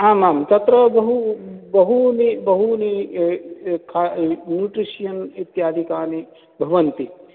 आम् आं तत्र बहु बहूनि बहूनि न्यूट्रिशियन् इत्यादिकानि भवन्ति